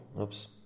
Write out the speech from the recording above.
Oops